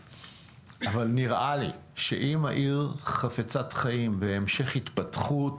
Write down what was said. נראה לי שאם העיר חריש חפצת חיים והמשך התפתחות,